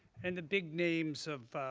and the big names of